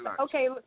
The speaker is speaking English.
okay